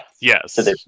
yes